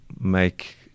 make